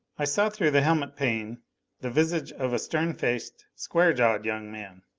i saw through the helmetpane the visage of a stern-faced, square-jawed young man.